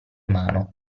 mano